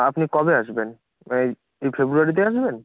আপনি কবে আসবেন এই এই ফেব্রুয়ারিতেই আসবেন